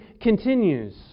continues